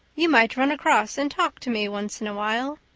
you might run across and talk to me once in a while,